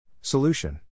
Solution